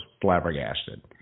flabbergasted